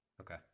Okay